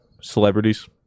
celebrities